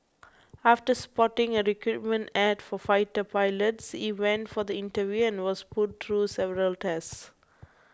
after spotting a recruitment A D for fighter pilots he went for the interview and was put through several tests